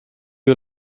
you